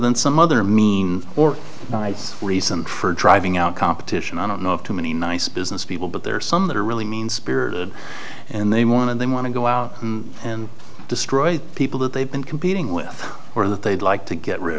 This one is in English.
than some other mean or nice reason for driving out competition i don't know of too many nice business people but there are some that are really mean spirited and they want and they want to go out and destroy people that they've been competing with or that they'd like to get rid